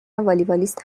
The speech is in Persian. والیبالیست